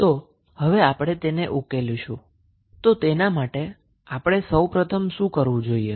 તો હવે આપણે તેને ઉકેલીશું તો તેના માટે આપણે સૌ પ્રથમ શું કરવું જોઈએ